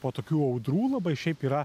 po tokių audrų labai šiaip yra